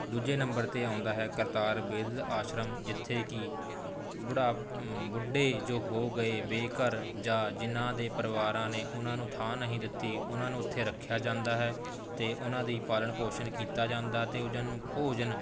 ਦੂਜੇ ਨੰਬਰ 'ਤੇ ਆਉਂਦਾ ਹੈ ਕਰਤਾਰ ਬਿਰਧ ਆਸ਼ਰਮ ਜਿੱਥੇ ਕਿ ਬੁਢਾਪ ਬੁੱਢੇ ਜੋ ਹੋ ਗਏ ਬੇਘਰ ਜਾਂ ਜਿਹਨਾਂ ਦੇ ਪਰਿਵਾਰਾਂ ਨੇ ਉਹਨਾਂ ਨੂੰ ਥਾਂ ਨਹੀਂ ਦਿੱਤੀ ਉਹਨਾਂ ਨੂੰ ਉੱਥੇ ਰੱਖਿਆ ਜਾਂਦਾ ਹੈ ਅਤੇ ਉਹਨਾਂ ਦੀ ਪਾਲਣ ਪੋਸ਼ਣ ਕੀਤਾ ਜਾਂਦਾ ਅਤੇ ਉਹਨਾਂ ਨੂੰ ਭੋਜਨ